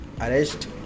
arrest